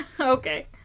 okay